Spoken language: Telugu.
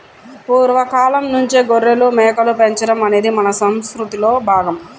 పూర్వ కాలంనుంచే గొర్రెలు, మేకలు పెంచడం అనేది మన సంసృతిలో భాగం